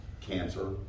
Cancer